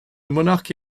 monarque